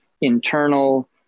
internal